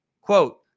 Quote